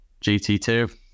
GT2